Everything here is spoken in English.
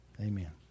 Amen